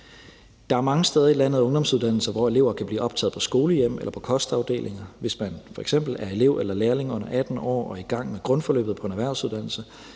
Der er mange steder i landet ungdomsuddannelser, hvor elever kan blive optaget på skolehjem eller på kostafdelinger. Hvis man f.eks. er elev eller lærling under 18 år og i gang med grundforløbet på en erhvervsuddannelse,